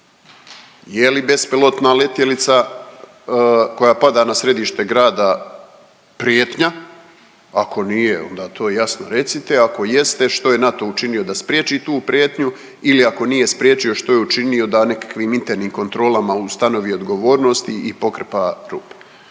Je li bespilotna letjelica koja pada na središte grada prijetnja? Ako nije onda to jasno recite, ako jeste što je NATO učinio da spriječi tu prijetnju ili ako nije spriječio što je učinio da nekakvim internim kontrolama ustanovi odgovornosti i pokrpa rupu.